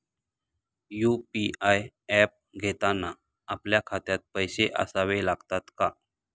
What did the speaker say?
UPI app घेताना आपल्या खात्यात पैसे असावे लागतात का?